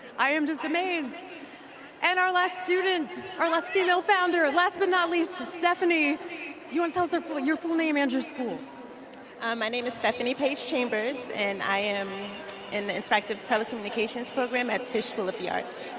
i am just amazed and our last student, our last female founder. ah last but not least stephanie. do you want tell so us and your full name and your school? stephanie my name is stephanie paige chambers and i am in the interactive telecommunications program at tisch school of the arts.